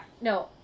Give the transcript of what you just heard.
No